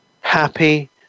happy